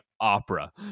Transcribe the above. opera